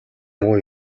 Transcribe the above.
муу